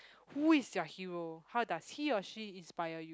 who is your hero how does he or she inspire you